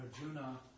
Arjuna